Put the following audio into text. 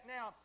Now